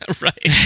right